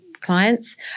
clients